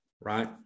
right